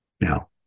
now